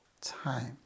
time